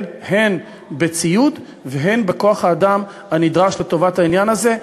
הן בציוד והן בכוח-האדם הנדרש לטובת העניין הזה.